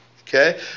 okay